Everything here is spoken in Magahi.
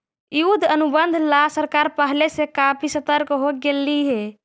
युद्ध अनुबंध ला सरकार पहले से काफी सतर्क हो गेलई हे